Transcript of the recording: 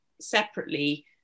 separately